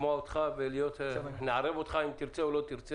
נשמע אותך ונערב אותך אם תרצה או לא תרצה.